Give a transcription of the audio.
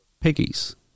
Piggies